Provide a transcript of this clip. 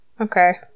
Okay